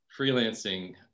freelancing